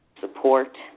support